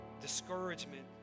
discouragement